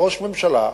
ראש ממשלה,